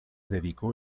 dedicó